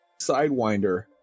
Sidewinder